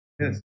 Yes